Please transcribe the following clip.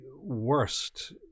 worst